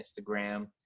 Instagram